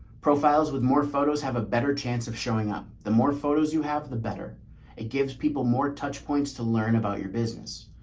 profiles with more photos, have a better chance of showing up. the more photos you have, the better it gives people more touch points to learn about your business.